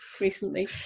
recently